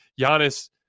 Giannis